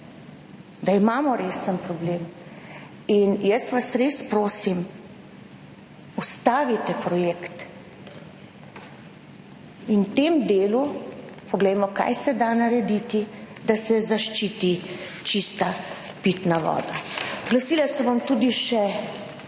da imamo resen problem. Jaz vas res prosim, ustavite projekt in v tem delu poglejmo kaj se da narediti, da se zaščiti čista pitna voda. Oglasila se bom tudi še